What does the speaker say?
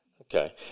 Okay